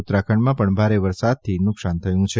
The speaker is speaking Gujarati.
ઉત્તરાખંડમાં પણ ભારે વરસાદથી નુકસાન થયું છે